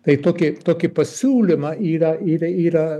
tai tokį tokį pasiūlymą yra yra yra